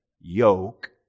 yoke